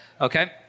okay